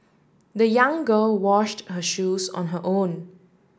the young girl washed her shoes on her own